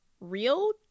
real